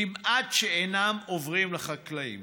כמעט שאינם עוברים לחקלאים,